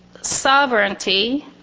sovereignty